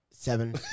Seven